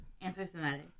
Anti-Semitic